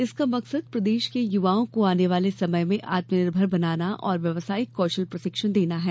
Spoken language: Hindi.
इसका मकसद प्रदेश के युवाओं को आने वाले समय में आत्मनिर्भर बनाना और व्यवसायिक कौशल प्रशिक्षण देना है